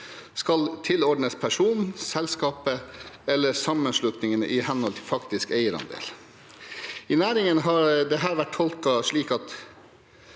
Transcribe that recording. skal tilordnes personen, selskapet eller sammenslutningen i henhold til faktisk eierandel. I næringen har dette vært tolket slik at